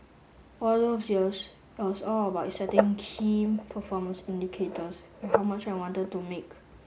all those years all was all about setting key performance indicators and how much I wanted to make